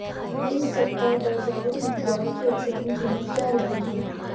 इस सप्ताह बाज़ार में ग्वार की औसतन कीमत क्या रहेगी?